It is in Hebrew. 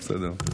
בסדר.